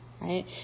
Right